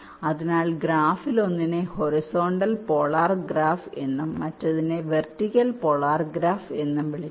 അതിനാൽ ഗ്രാഫിൽ ഒന്നിനെ ഹൊറിസോണ്ടൽ പോളാർ ഗ്രാഫ് എന്നും മറ്റേതിനെ വെർട്ടിക്കൽ പോളാർ ഗ്രാഫ് എന്നും വിളിക്കുന്നു